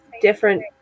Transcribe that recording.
different